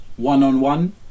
one-on-one